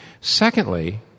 Secondly